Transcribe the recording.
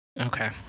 Okay